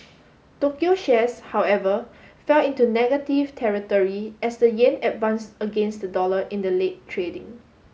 Tokyo shares however fell into negative territory as the yen advanced against the dollar in the late trading